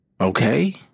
Okay